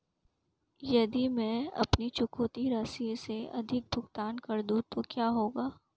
यदि मैं अपनी चुकौती राशि से अधिक भुगतान कर दूं तो क्या होगा?